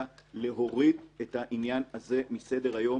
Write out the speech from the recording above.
להוריד את העניין הזה מסדר-היום.